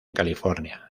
california